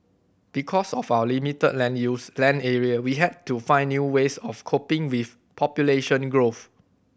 because of our limited land use land area we had to find new ways of coping with population growth